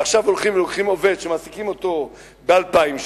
ועכשיו הולכים ולוקחים עובד שמעסיקים אותו ב-2,000 שקל,